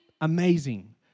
amazing